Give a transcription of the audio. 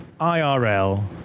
IRL